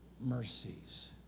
mercies